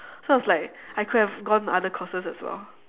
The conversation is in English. so I was like I could have gone other courses as well